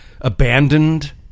abandoned